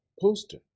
poster